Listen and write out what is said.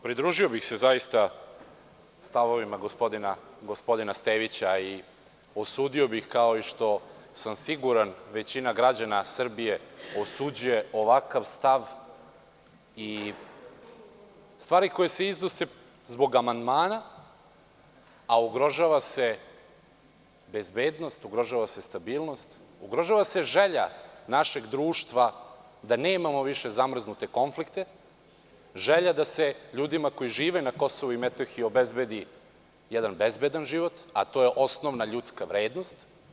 Pridružio bih se stavovima gospodina Stevića i osudio bih, kao što sam siguran da i većina građana Srbije osuđuje ovakav stav i stvari koje se iznose zbog amandmana, a ugrožava se bezbednost, ugrožava se stabilnost, ugrožava se želja našeg društva da nemamo više zamrznute konflikte, želja da se ljudima koji žive na Kosovu i Metohiji obezbedi jedan bezbedan život, a to je osnovna ljudska vrednost.